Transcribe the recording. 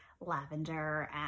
lavender